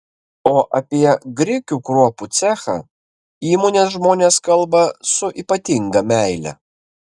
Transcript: o apie grikių kruopų cechą įmonės žmonės kalba su ypatinga meile